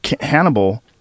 Hannibal